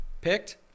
Picked